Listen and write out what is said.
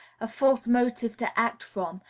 a false motive to act from,